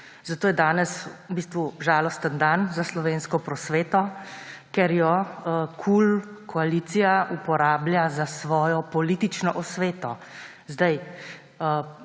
Zato je danes v bistvu žalosten dan za slovensko prosveto, ker jo koalicija KUL uporablja za svojo politično osveto. Proti